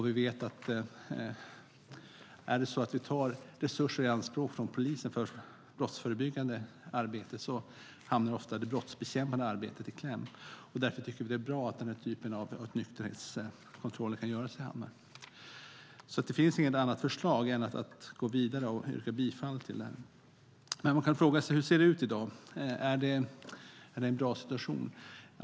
Vi vet att det brottsbekämpande arbetet ofta hamnar i kläm om vi tar resurser i anspråk från polisen för brottsförebyggande arbete, och därför tycker vi att det är bra att denna typ av nykterhetskontroller kan göras i hamnar. Det finns alltså inget annat förslag än att gå vidare och yrka bifall till detta. Man kan fråga sig hur det ser ut i dag - är det en bra situation?